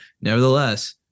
nevertheless